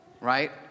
Right